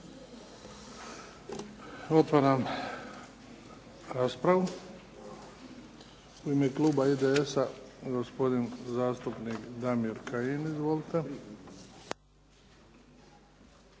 Otvaram raspravu. U ime kluba IDS-a, gospodin zastupnik Damir Kajin. Izvolite.